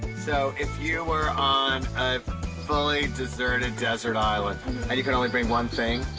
so, if you were on a fully deserted desert island, and you could only bring one thing,